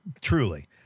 truly